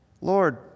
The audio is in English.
Lord